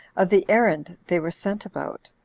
of the errand they were sent about,